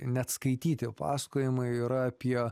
neatskaityti pasakojimai yra apie